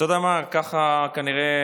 אתה יודע מה, ככה כנראה,